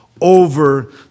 over